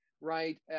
right